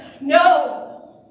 No